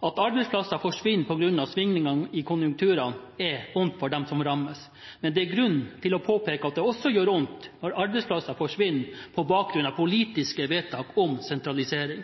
At arbeidsplasser forsvinner på grunn av svingningene i konjunkturene, er vondt for dem som rammes, men det er grunn til å påpeke at det også gjør vondt når arbeidsplasser forsvinner på bakgrunn av politiske vedtak om sentralisering.